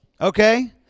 Okay